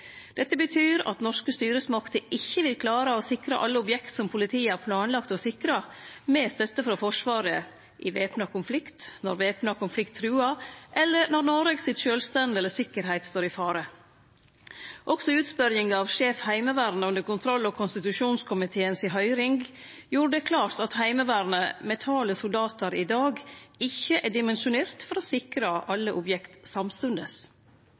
Dette betyr at norske styresmakter ikkje vil klare å sikre alle objekt som politiet har planlagt å sikre med støtte frå Forsvaret i væpna konflikt, når væpna konflikt truar, eller når Noregs sjølvstende eller tryggleik står i fare. Også utspørjinga av sjef Heimevernet under høyringa i kontroll- og konstitusjonskomiteen gjorde det klart at Heimevernet, med talet soldatar i dag, ikkje er dimensjonert for å sikre alle objekt samstundes.